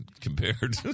compared